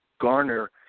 garner